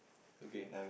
okay